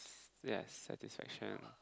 yes satisfaction